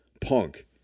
punk